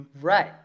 Right